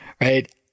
right